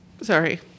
sorry